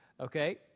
Okay